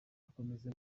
akomeza